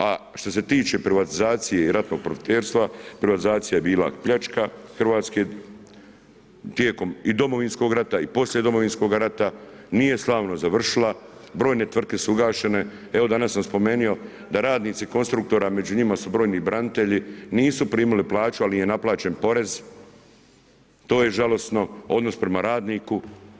A što se tiče privatizacije i ratnog profiterstva, privatizacija je bila pljačka Hrvatske tijekom i Domovinskog rata i poslije Domovinskog rata, nije slavno završila, brojne tvrtke su ugašene, evo danas sam spomenuo da radnici konstruktora, među njima su brojni branitelji, nisu primili plaće, ali im je naplaćen porez, to je žalosno, odnos prema radniku.